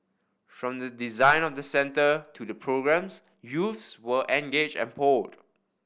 from the design of the centre to the programmes youths were engaged and polled